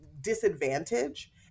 disadvantage